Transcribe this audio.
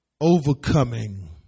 Overcoming